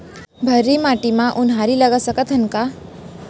भर्री माटी म उनहारी लगा सकथन का?